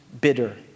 bitter